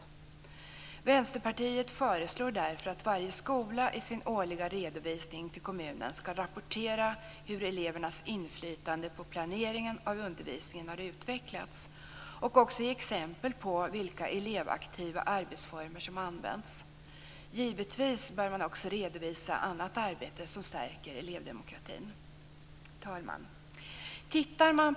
Vi i Vänsterpartiet föreslår därför att varje skola i sin årliga redovisning till kommunen skall rapportera hur elevernas inflytande över planeringen av undervisningen utvecklats och ge exempel på vilka elevaktiva arbetsformer som använts. Givetvis bör man också redovisa annat arbete som stärker elevdemokratin. Fru talman!